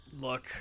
Look